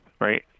right